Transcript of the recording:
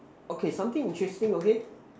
okay something interesting okay